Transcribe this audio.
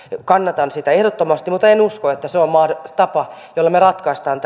kannatan sitä ehdottomasti mutta en usko että se on tapa jolla me ratkaisemme